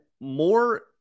more